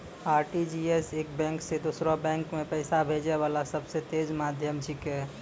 RTGS एक bank से दोसरो बैंक मे पैसा भेजै वाला सबसे तेज माध्यम छिकै